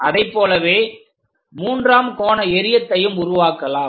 அதைப்போலவே மூன்றாம் கோண எறியத்தையும் உருவாக்கலாம்